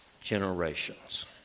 generations